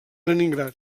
leningrad